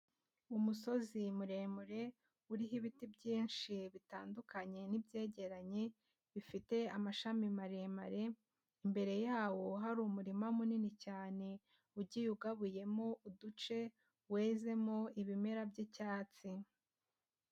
Umusozi muremure uriho ibiti byinshi bitandukanye n'ibyegeranye bifite amashami maremare, Imbere yawo hari umurima munini cyane ugiye ugabuyemo uduce wezemo ibimera by'icyatsi.